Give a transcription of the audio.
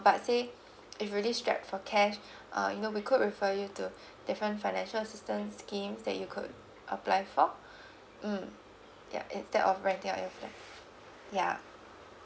but say if really strapped for cash uh you know we could refer you to different financial assistance scherme that you could apply for mm ya instead of renting out your flat ya